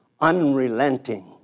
unrelenting